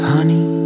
Honey